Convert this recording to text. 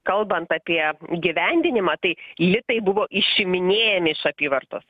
kalbant apie įgyvendinimą tai litai buvo išiminėjami iš apyvartos